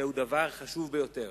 זהו דבר חשוב ביותר.